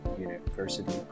University